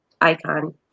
icon